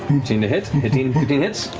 fifteen to hit, and fifteen fifteen hits.